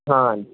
ਹਾਂਜ